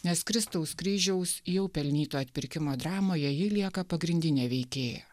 nes kristaus kryžiaus jau pelnyto atpirkimo dramoje ji lieka pagrindinė veikėja